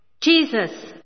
Jesus